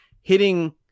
hitting